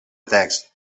text